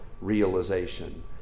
realization